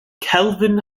kelvin